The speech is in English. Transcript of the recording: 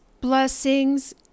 Blessings